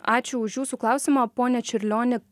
ačiū už jūsų klausimą pone čiurlioni